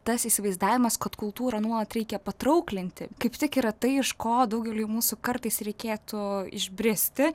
tas įsivaizdavimas kad kultūrą nuolat reikia patrauklinti kaip tik yra tai iš ko daugeliui mūsų kartais reikėtų išbristi